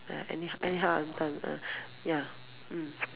uh any anyhow hantam uh ya mm